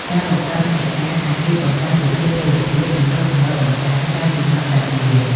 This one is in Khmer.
ការបង្កើតមាតិកាអាចជួយបង្កើនប្រជាប្រិយភាព និងរកចំណូលបន្ថែមក្រៅម៉ោងការងារ។